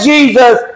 Jesus